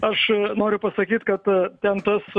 aš noriu pasakyt kad ten tas